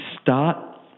Start